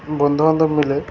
বন্ধুবান্ধব মিলে